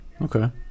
Okay